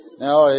now